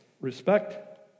respect